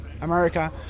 America